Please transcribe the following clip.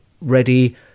ready